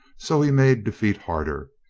so he made defeat harder.